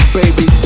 baby